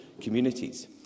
communities